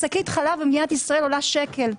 שקית חלב במדינת ישראל עולה שקל.